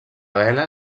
vela